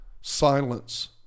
Silence